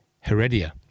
Heredia